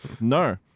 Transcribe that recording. No